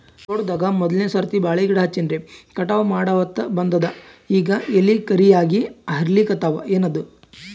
ತೋಟದಾಗ ಮೋದಲನೆ ಸರ್ತಿ ಬಾಳಿ ಗಿಡ ಹಚ್ಚಿನ್ರಿ, ಕಟಾವ ಮಾಡಹೊತ್ತ ಬಂದದ ಈಗ ಎಲಿ ಕರಿಯಾಗಿ ಹರಿಲಿಕತ್ತಾವ, ಏನಿದು?